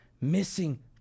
missing